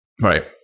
right